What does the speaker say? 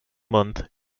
month